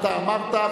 אתה אמרת,